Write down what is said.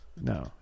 no